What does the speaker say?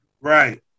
Right